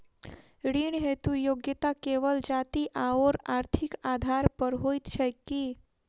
ऋण हेतु योग्यता केवल जाति आओर आर्थिक आधार पर होइत छैक की?